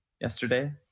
yesterday